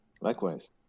Likewise